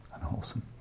unwholesome